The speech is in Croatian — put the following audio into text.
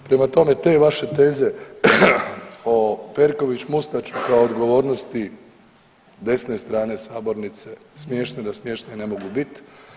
Prema tome, te vaše teze o Perković-Mustač kao odgovornosti desne strane sabornice smiješno da smješnije ne mogu bit.